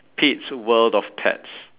pete's world of pets